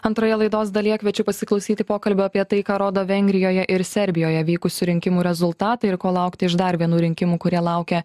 antroje laidos dalyje kviečiu pasiklausyti pokalbio apie tai ką rodo vengrijoje ir serbijoje vykusių rinkimų rezultatai ir ko laukti iš dar vienų rinkimų kurie laukia